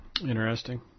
Interesting